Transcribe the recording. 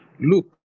Look